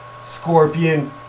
Scorpion